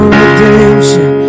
redemption